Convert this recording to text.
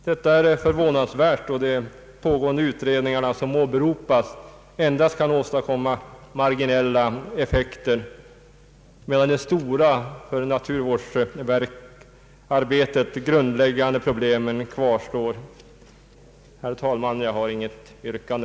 Detta är förvånansvärt då de pågående utredningar som åberopats endast kan åstadkomma marginella effekter, medan de stora för naturvårdsarbetet grundläggande problemen kvarstår. Herr talman! Jag har inget yrkande.